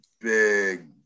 big